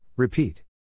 Repeat